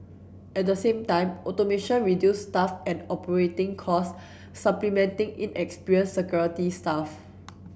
at the same time automation reduce staff and operating cost supplementing inexperienced security staff